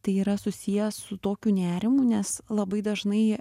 tai yra susiję su tokiu nerimu nes labai dažnai